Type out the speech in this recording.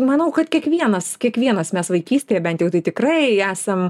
manau kad kiekvienas kiekvienas mes vaikystėje bent jau tai tikrai esam